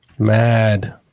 Mad